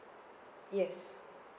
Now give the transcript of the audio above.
yes